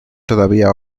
todavía